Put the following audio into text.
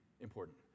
important